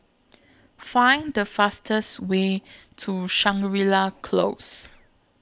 Find The fastest Way to Shangri La Close